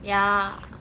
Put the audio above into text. ya